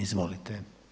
Izvolite.